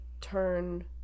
turn